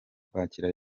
kwakira